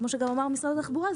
כפי שאמר גם משרד התחבורה,